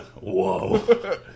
Whoa